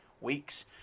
weeks